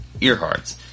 earharts